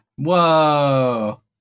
Whoa